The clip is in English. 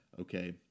okay